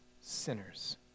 sinners